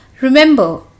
Remember